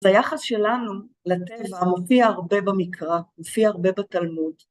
אז היחס שלנו לטבע מופיע הרבה במקרא, מופיע הרבה בתלמוד.